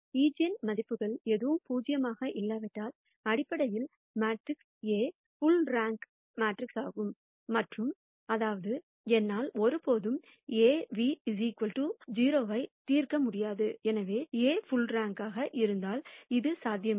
eigen மதிப்புகள் எதுவும் பூஜ்ஜியமாக இல்லாவிட்டால் அடிப்படையில் மேட்ரிக்ஸ் A புள் ரேங்க்ரேங்கில் மற்றும் அதாவது என்னால் ஒருபோதும் A ν 0 ஐ தீர்க்க முடியாது எனவே A புள் ரேங்கில் இருந்தால் அது சாத்தியமில்லை